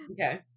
Okay